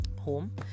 home